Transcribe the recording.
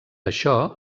això